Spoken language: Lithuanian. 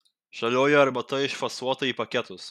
žalioji arbata išfasuota į paketus